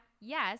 yes